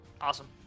Awesome